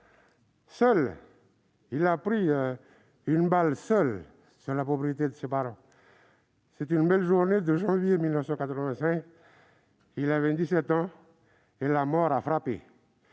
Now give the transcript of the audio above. Seul. Il a pris une balle seul, sur la propriété de ses parents. C'était une belle journée de janvier 1985. Il avait 17 ans et la mort a frappé,